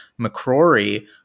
McCrory